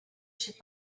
should